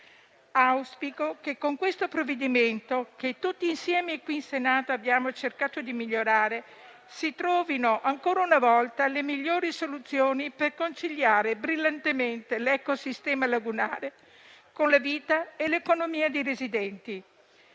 Auspico che con questo provvedimento, che tutti insieme in Senato abbiamo cercato di migliorare, si trovino ancora una volta le migliori soluzioni per conciliare brillantemente l'ecosistema lagunare con la vita e l'economia dei residenti.